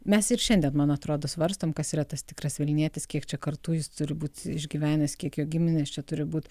mes ir šiandien man atrodo svarstom kas yra tas tikras vilnietis kiek čia kartų jis turi būti išgyvenęs kiek jo giminės čia turi būt